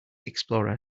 explorer